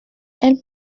elle